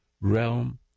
realm